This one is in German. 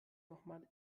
nochmal